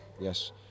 yes